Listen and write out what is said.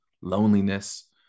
loneliness